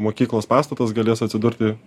mokyklos pastatas galės atsidurti